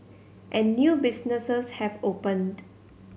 and new businesses have opened